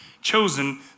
chosen